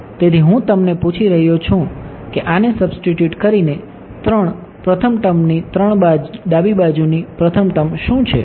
તેથી હું તમને પૂછી રહ્યો છું કે આને સબ્સ્ટિટ્યુટ કરીને 3 પ્રથમ ટર્મની 3 ડાબી બાજુની પ્રથમ ટર્મ શું છે